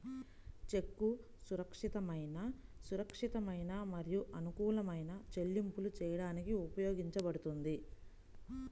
చెక్కు సురక్షితమైన, సురక్షితమైన మరియు అనుకూలమైన చెల్లింపులు చేయడానికి ఉపయోగించబడుతుంది